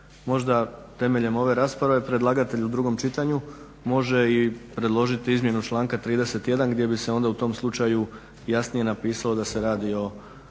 Možda temeljem ove rasprave predlagatelj u drugom čitanju može i predložiti izmjenu članak 31.gdje bi se onda u tom slučaju jasnije napisalo da se radi o